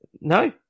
No